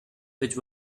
which